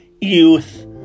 youth